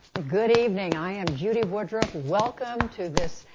good evening. i am judy woodruff. welcome to this,